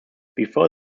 before